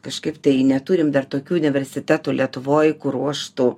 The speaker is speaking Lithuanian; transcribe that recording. kažkaip tai neturim dar tokių universitetų lietuvoj kur ruoštų